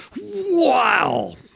Wow